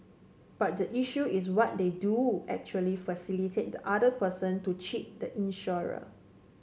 but the issue is what they do actually facilitate the other person to cheat the insurer